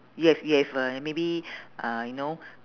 you have you have uh y~ maybe uh you know